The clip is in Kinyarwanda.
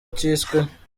cyiswe